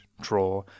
draw